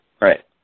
Right